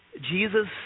Jesus